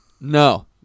No